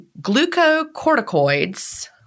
glucocorticoids